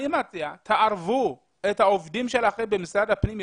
שתערבו את העובדים שלכם במשרד הפנים,